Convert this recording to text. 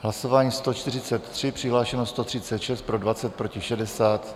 Hlasování číslo 143, přihlášeno 136, pro 20, proti 60.